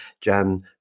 Jan